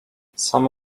some